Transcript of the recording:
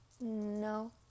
No